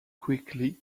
quickly